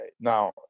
now